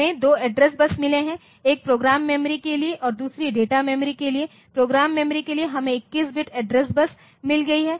हमें 2 address bus मिले है एक प्रोग्राम मेमोरी के लिए है और दूसरी डेटा मेमोरी के लिए है प्रोग्राम मेमोरी के लिए हमें 21 बिट एड्रेस बस मिल गई है